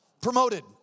Promoted